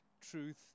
truth